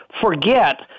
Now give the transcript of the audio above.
forget